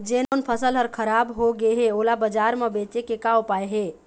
जोन फसल हर खराब हो गे हे, ओला बाजार म बेचे के का ऊपाय हे?